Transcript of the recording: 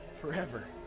forever